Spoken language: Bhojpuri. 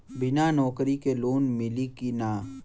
बिना नौकरी के लोन मिली कि ना?